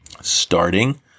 Starting